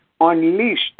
unleashed